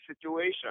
situation